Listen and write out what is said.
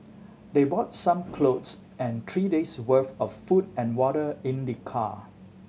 they brought some clothes and three days' worth of food and water in the car